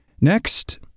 Next